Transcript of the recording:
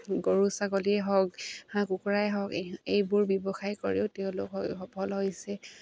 গৰু ছাগলীয়ে হওক হাঁহ কুকুৰাই হওক এইবোৰ ব্যৱসায় কৰিও তেওঁলোক সফল হৈছে